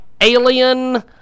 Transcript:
Alien